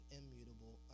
immutable